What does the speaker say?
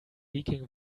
leaking